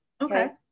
Okay